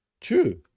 true